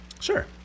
Sure